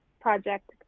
project